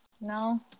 No